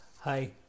Hi